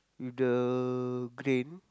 with the grain